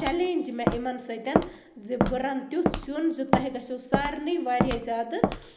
challenge مےٚ یِمن سۭتۍ زِ بہٕ رَنہٕ تیُتھ سیُن زِ تۄہہِ گژھیٚو سارنی واریاہ زیادٕ